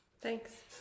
Thanks